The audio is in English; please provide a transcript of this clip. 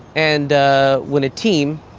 and ah when a team.